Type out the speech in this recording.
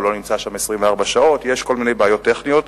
הוא לא נמצא שם 24 שעות, יש כל מיני בעיות טכניות.